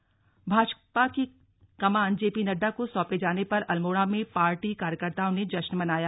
अल्मोडा जश्न भाजपा की कमान जेपी नड्डा को सौंपे जाने पर अल्मोड़ा में पार्टी कार्यकर्ताओं ने जश्न मनाया